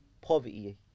poverty